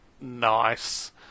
nice